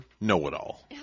Know-It-All